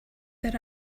there